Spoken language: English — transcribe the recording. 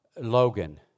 Logan